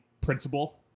principle